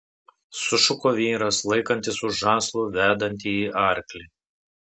sušuko vyras laikantis už žąslų vedantįjį arklį